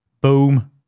boom